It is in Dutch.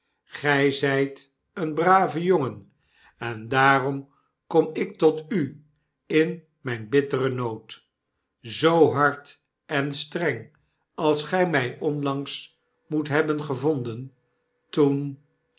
gy zyt een brave jongen en daarom kom ik tot u in mijn bitteren nood zoo hard en streng als gij my onlangs moet hebben gevonden toen